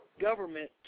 government